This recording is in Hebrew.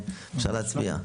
אפשר להצביע".